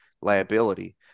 liability